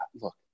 Look